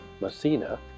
Messina